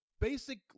basic